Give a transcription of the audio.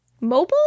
mobile